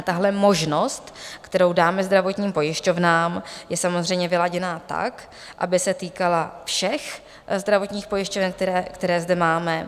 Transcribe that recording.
Tahle možnost, kterou dáme zdravotním pojišťovnám, je samozřejmě vyladěná tak, aby se týkala všech zdravotních pojišťoven, které zde máme.